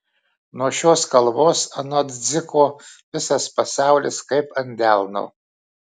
nuo šios kalvos anot dziko visas pasaulis kaip ant delno